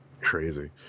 crazy